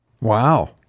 Wow